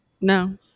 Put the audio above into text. no